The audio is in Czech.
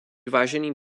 vážený